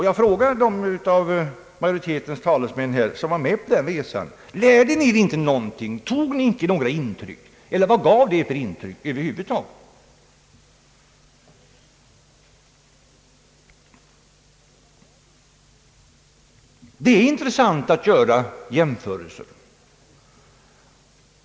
Jag frågar dem av majoritetens talesmän som var med på den här resan: Lärde ni er inte någonting, tog ni inte några intryck eller vilka intryck över huvud taget fick ni under besöket i England? Det är intressant att göra jämförelser.